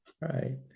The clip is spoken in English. Right